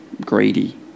greedy